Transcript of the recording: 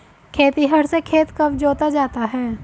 खेतिहर से खेत कब जोता जाता है?